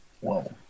Whoa